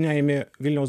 neimi vilniaus